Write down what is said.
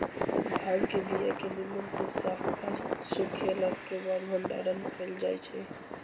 भांग के बीया के निम्मन से साफ आऽ सुखएला के बाद भंडारण कएल जाइ छइ